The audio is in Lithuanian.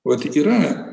vat yra